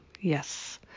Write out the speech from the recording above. Yes